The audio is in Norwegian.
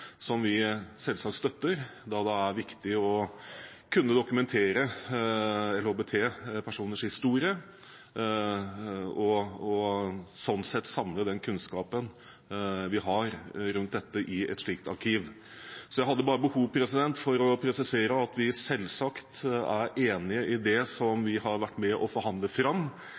som vi selvsagt støtter, da det er viktig å kunne dokumentere LHBT-personers historie, og slik sett samle den kunnskapen vi har om dette i et slikt arkiv. Så jeg hadde bare behov for å presisere at vi selvsagt er enig i det som vi har vært med på å forhandle fram